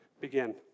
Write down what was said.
begin